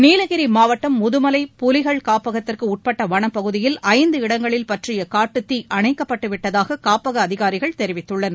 நீலகிரி மாவட்டம் முதுமலை புலிகள் காப்பகத்திற்கு உட்பட்ட வளப்பகுதியில் ஐந்து இடங்களில் பற்றிய காட்டுத் தீ அணைக்கப்பட்டு விட்டதாக காப்பக அதிகாரிகள் தெரிவித்துள்ளனர்